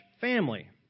family